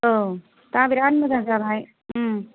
औ दा बिरात मोजां जाबाय